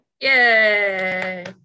yay